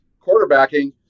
quarterbacking